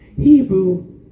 Hebrew